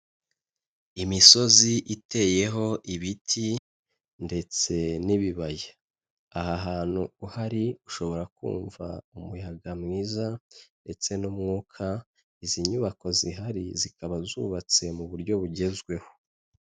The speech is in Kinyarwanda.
Imisozi iteyeho ibiti ndetse n'ibibaya aha hantu uhari ushobora kumva umuyaga mwiza ndetse n'umwuka, izi nyubako zihari zikaba zubatse mu buryo bugezweho.